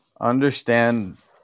understand